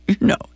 no